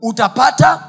Utapata